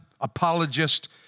apologist